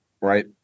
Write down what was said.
Right